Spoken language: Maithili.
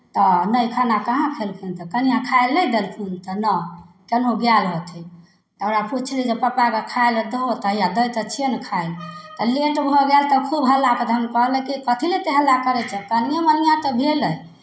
तऽ नहि खाना कहाँ खेलखिन तऽ कनिआँ खाय लए नहि देलखुन तऽ नहि केनहुँ गएल रहथिन ओकरा पुछली जे पप्पाकेँ खाय लए दहू तऽ हइआ दै तऽ छियनि खाय लए आ लेट भऽ गेल तऽ खूब हल्ला करथिन कहलकै कथि लए एतेक हल्ला करै छै कनिएँ मनिए तऽ भेलै